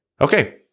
Okay